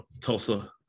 Tulsa